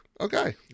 Okay